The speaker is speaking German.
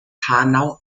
hanau